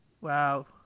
wow